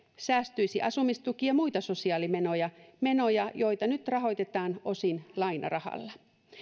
säästyisi asumistuki ja muita sosiaalimenoja menoja joita nyt rahoitetaan osin lainarahalla